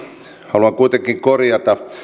haluan kuitenkin korjata